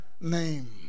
name